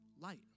light